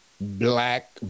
Black